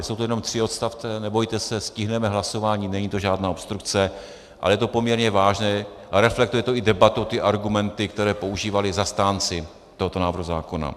Jsou to jen tři odstavce, nebojte se, stihneme hlasování, není to žádná obstrukce, ale je to poměrně vážné a reflektuje to i debatu a argumenty, které používali zastánci tohoto návrhu zákona.